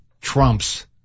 trumps